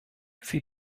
sie